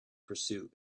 pursuit